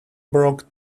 broke